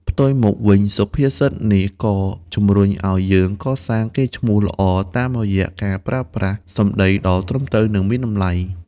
ផ្ទុយមកវិញ សុភាសិតនេះក៏ជំរុញឱ្យយើង កសាងកេរ្តិ៍ឈ្មោះល្អតាមរយៈការប្រើប្រាស់សម្ដីដ៏ត្រឹមត្រូវ និងមានតម្លៃ។